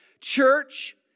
Church